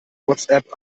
whatsapp